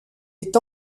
est